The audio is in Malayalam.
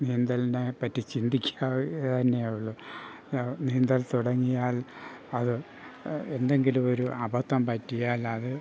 നീന്തലിനെ പറ്റി ചിന്തിക്കാനേയുള്ളു നീന്തൽ തുടങ്ങിയാൽ അത് എന്തെങ്കിലും ഒരു അബദ്ധം പറ്റിയാൽ അത്